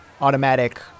automatic